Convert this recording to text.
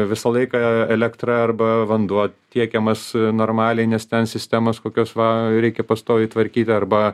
visą laiką elektra arba vanduo tiekiamas normaliai nes ten sistemos kokios va reikia pastoviai tvarkyti arba